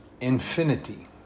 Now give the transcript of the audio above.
infinity